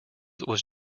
was